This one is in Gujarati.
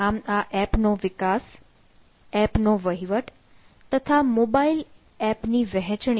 તો આ એપ નો વિકાસ એપનો વહીવટ તથા મોબાઇલ એપની વહેંચણી સરળતાથી કરે છે